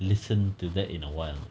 listen to that in a while